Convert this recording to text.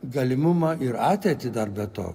galimumą ir ateitį dar be to